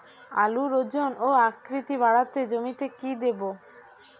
আলুর ওজন ও আকৃতি বাড়াতে জমিতে কি দেবো?